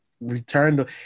returned